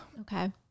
Okay